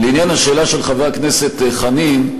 לעניין השאלה של חבר הכנסת חנין,